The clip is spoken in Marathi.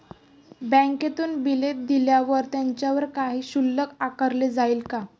बँकेतून बिले दिल्यावर त्याच्यावर काही शुल्क आकारले जाईल का?